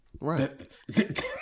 right